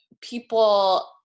people